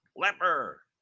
leper